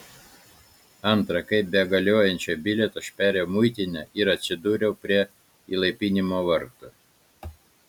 antra kaip be galiojančio bilieto aš perėjau muitinę ir atsidūriau prie įlaipinimo vartų